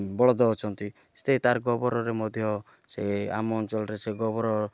ବଳଦ ଅଛନ୍ତି ସେ ତାର ଗୋବରରେ ମଧ୍ୟ ସେ ଆମ ଅଞ୍ଚଳରେ ସେ ଗୋବର